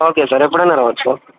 okay sir ఎప్పుడన్నా రావచ్చు sir